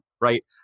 right